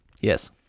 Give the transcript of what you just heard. Yes